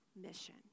mission